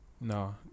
No